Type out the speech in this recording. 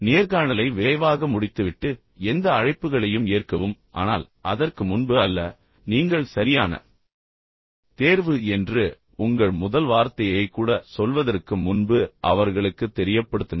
நேர்காணலை விரைவாக முடித்துவிட்டு எந்த அழைப்புகளையும் ஏற்கவும் ஆனால் அதற்கு முன்பு அல்ல நீங்கள் சரியான தேர்வு என்று உங்கள் முதல் வார்த்தையை கூட சொல்வதற்கு முன்பு அவர்களுக்குத் தெரியப்படுத்துங்கள்